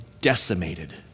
decimated